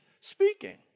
speaking